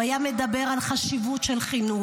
הוא היה מדבר על חשיבות של חינוך,